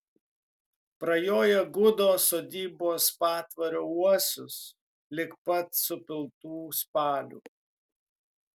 prajoja gudo sodybos patvorio uosius lig pat supiltų spalių